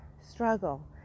struggle